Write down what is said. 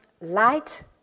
light